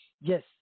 Yes